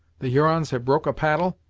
the hurons have broke a paddle,